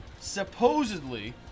supposedly